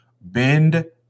bend